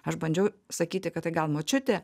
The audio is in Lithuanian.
aš bandžiau sakyti kad tai gal močiutė